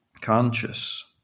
conscious